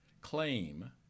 claim